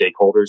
stakeholders